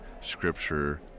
scripture